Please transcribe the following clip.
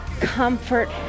comfort